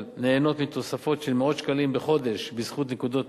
נהנות מתוספת של מאות שקלים בחודש בזכות נקודות